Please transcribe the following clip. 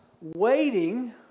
waiting